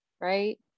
right